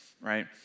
right